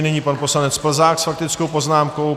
Nyní pan poslanec Plzák s faktickou poznámkou.